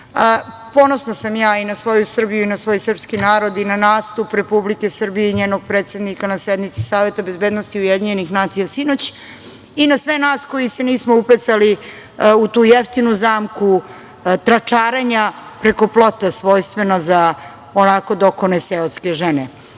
sam ja i na svoju Srbiju i na svoj srpski narod i na nastup Republike Srbije i njenog predsednika na sednici Saveta bezbednosti UN sinoć i na sve nas koji se nismo upecali u tu jeftinu zamku tračarenja preko plota, svojstveno za onako dokone seoske žene.